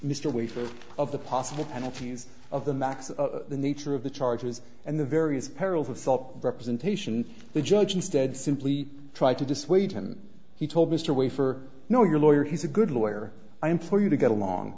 wafer of the possible penalties of the max the nature of the charges and the various perils of salt representation the judge instead simply tried to dissuade him he told mr wafer know your lawyer he's a good lawyer i implore you to get along